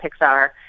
Pixar